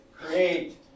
create